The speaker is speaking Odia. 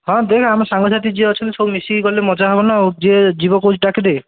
ହଁ ଦେ ନା ଆମ ସାଙ୍ଗସାଥି ଯିଏ ଅଛନ୍ତି ସବୁ ମିଶିକି ଗଲେ ମଜାହେବ ନା ଆଉ ଯିଏ ଯିବ କହୁଛି ଡ଼ାକିଦେ